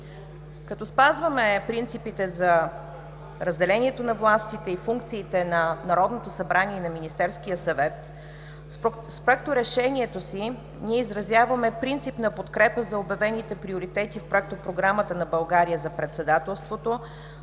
Като спазваме принципите за разделението на властите и функциите на Народното събрание и на Министерския съвет, с Проекторешението си ние изразяваме принципна подкрепа за обявените приоритети в Проектопрограмата на България за председателството